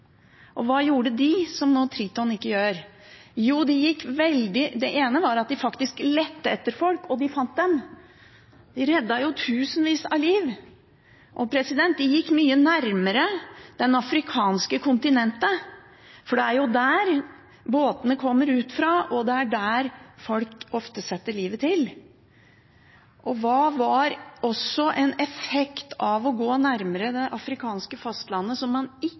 Og hva gjorde de, som Triton nå ikke gjør? Det ene er at de faktisk lette etter folk, og de fant dem – de reddet tusenvis av liv! De gikk dessuten mye nærmere det afrikanske kontinentet, for det er jo der båtene kommer fra, og det er der folk ofte setter livet til. Og hva var også en effekt av å gå nærmere det afrikanske fastlandet, som man ikke